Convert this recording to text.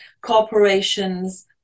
corporations